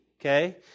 okay